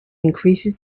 increases